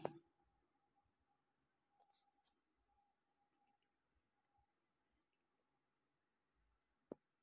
Utility bill అంటే ఏమిటి?